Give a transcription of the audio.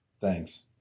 Thanks